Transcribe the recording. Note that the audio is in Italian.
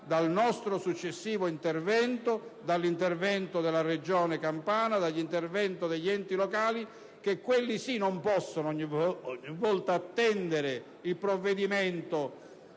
dal nostro successivo intervento, dall'intervento della Regione Campania, dall'intervento degli enti locali che non possono ogni volta attendere l'opera